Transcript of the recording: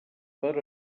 per